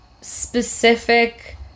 specific